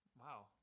wow